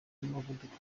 n’umuvuduko